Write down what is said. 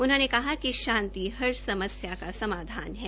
उन्होंने कहा कि शांति हर समस्या का समाधान है